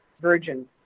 virgin